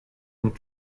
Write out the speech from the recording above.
and